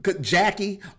Jackie